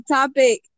topic